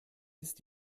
ist